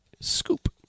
Scoop